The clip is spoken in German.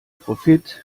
profit